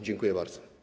Dziękuję bardzo.